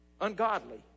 Ungodly